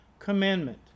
commandment